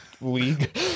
league